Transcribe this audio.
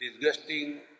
disgusting